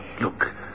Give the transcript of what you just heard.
Look